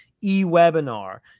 e-webinar